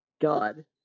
God